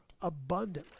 abundantly